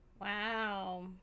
Wow